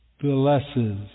blesses